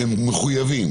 שמחויבים